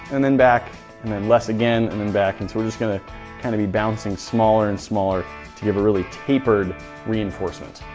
and then back and then less again, and then back and so we're just going to kind of be bouncing smaller and smaller to give a really tapered reinforcement.